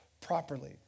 properly